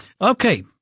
Okay